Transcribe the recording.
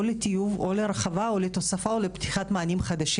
לטיוב או להרחבה או לתוספת או לפתיחת מענים חדשים.